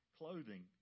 clothing